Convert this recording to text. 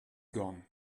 gone